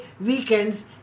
weekends